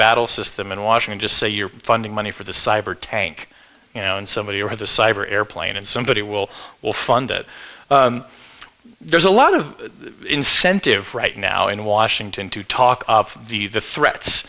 battle system in washington just say you're funding money for the cyber tank and somebody or the cyber airplane and somebody will will fund it there's a lot of incentive right now in washington to talk of the the threats